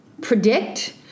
predict